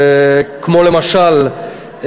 כמו למשל,